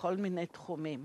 בכל מיני תחומים,